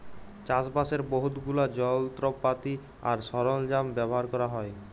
চাষবাসের বহুত গুলা যলত্রপাতি আর সরল্জাম ব্যাভার ক্যরা হ্যয়